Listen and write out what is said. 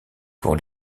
pour